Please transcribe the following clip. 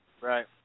Right